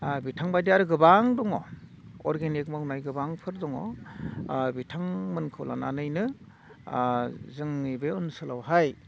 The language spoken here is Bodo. बिथांबायदि आरो गोबां दङ अर्गेनिक मावनाय गोबांफोर दङ बिथांमोनखौ लानानैनो जोंनि बे ओनसोलावहाय